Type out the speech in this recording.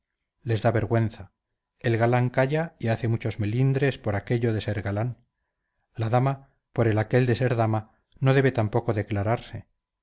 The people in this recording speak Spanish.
les da vergüenza el galán calla y ace muchos melindres por aquello de ser galán la dama por el aquél de ser dama no debe tampoco declararse